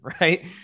Right